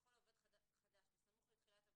וכל עובד חדש בסמוך לתחילת עבודתו,